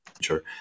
sure